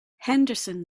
henderson